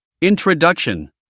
Introduction